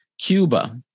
cuba